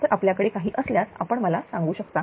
तर आपल्याकडे काही असल्यास आपण मला सांगू शकता